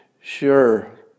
sure